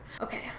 Okay